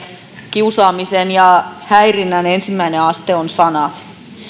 kiusaamisen ja häirinnän ensimmäinen aste ovat sanat